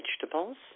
vegetables